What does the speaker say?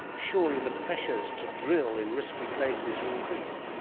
surely the pressures to drill in risky places will increase?